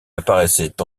apparaissait